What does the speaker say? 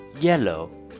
yellow